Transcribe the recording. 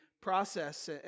process